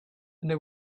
they